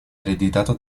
ereditato